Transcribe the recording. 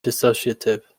dissociative